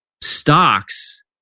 Stocks